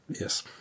Yes